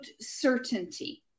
certainty